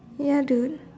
ya dude